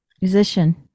Musician